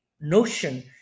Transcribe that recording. notion